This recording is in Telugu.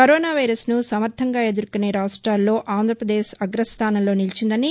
కరోనా వైరస్ను సమర్దంగా ఎదుర్కొనే రాష్టాల్లో ఆంధ్రప్రదేశ్ అగ్రస్దానంలో నిలిచిందని